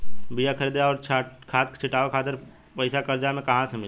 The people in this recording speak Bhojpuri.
बीया खरीदे आउर खाद छिटवावे खातिर पईसा कर्जा मे कहाँसे मिली?